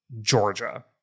Georgia